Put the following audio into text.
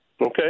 Okay